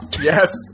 yes